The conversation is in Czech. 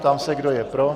Ptám se, kdo je pro.